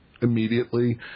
Immediately